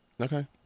Okay